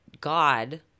God